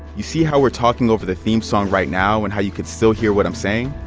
you see how we're talking over the theme song right now and how you can still hear what i'm saying?